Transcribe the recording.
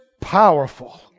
powerful